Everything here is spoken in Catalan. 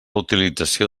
utilització